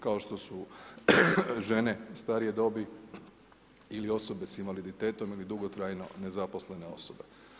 Kao što su žene, starije dobi ili osobe s invaliditetom ili dugotrajno nezaposlene osobe.